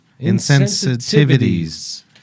Insensitivities